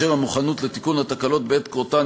והמוכנות לתיקון התקלות בעת קרותן,